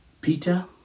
Peter